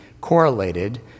correlated